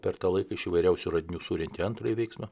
per tą laiką iš įvairiausių radinių surentė antrąjį veiksmą